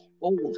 old